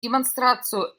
демонстрацию